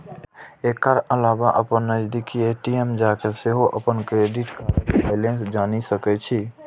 एकर अलावा अपन नजदीकी ए.टी.एम जाके सेहो अपन क्रेडिट कार्डक बैलेंस जानि सकै छी